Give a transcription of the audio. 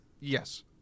Yes